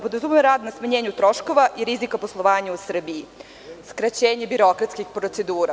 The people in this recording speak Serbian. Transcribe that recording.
Podrazumeva rad na smanjenju troškova i rizika poslovanja u Srbiji, skraćenje birokratskih procedura.